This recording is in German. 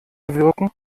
bewirken